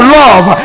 love